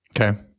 Okay